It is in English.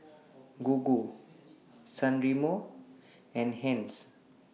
Gogo San Remo and Heinz